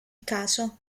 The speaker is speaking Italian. caso